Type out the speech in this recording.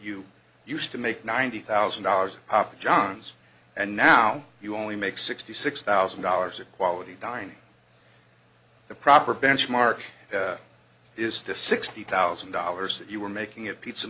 you used to make ninety thousand dollars papa johns and now you only make sixty six thousand dollars a quality dining the proper benchmark is to sixty thousand dollars that you were making at p